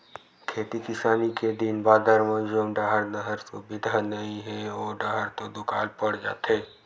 खेती किसानी के दिन बादर म जउन डाहर नहर सुबिधा नइ हे ओ डाहर तो दुकाल पड़ जाथे